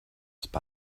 spy